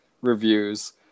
reviews